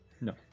No